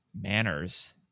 manners